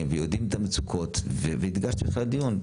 ויודעים את המצוקות והדגשתי בתחילת הדיון,